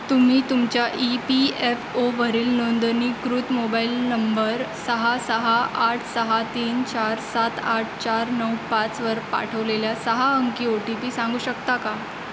तुम्ही तुमच्या E P F ओवरील नोंदणीकृत मोबाईल नंबर सहा सहा आठ सहा तीन चार सात आठ चार नऊ पाचवर पाठवलेल्या सहा अंकी ओ टी पी सांगू शकता का